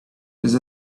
just